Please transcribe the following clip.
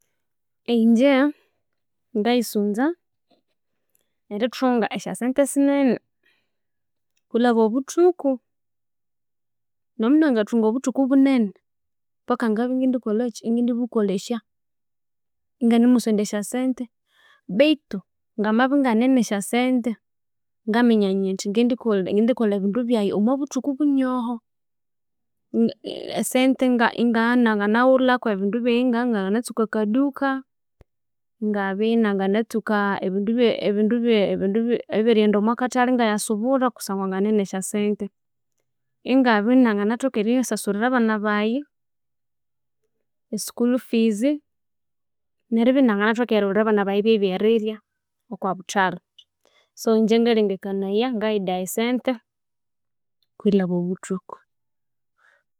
Ingye ngayisunza erithunga esya sente sinene kwilhaba obuthuku, nomunangthunga obuthuku bunene paka ngabya ingindi kolhaki ingindibukolhesya inginanimusondya esyo sente bethu ngamabya inganina esya sente ngaminya indi ngindikolha ndikolha ebindu esente nga- ingabya inanginakolha ebindu byaghe inabya inanginatsuka aka duka ingabya ina nginatsuka ebindu bye- ebindu bye- ebindu bye ebyerighenda omwa kathalhi ingayasubura kusangwa nganine esya sente ingabya inanginathoka erisasura abana baghe e school fees neribya inanginathoka erighulhira abana baghe ebyerirya okwa buthalha so ingye ngalhengekanaya ngayidaya esya sente kwilhaba obuthuku.